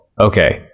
Okay